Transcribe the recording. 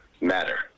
matter